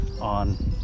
on